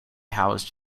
housed